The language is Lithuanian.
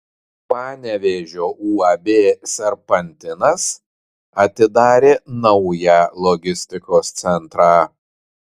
panevėžio uab serpantinas atidarė naują logistikos centrą